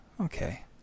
Okay